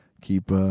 keep